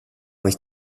nicht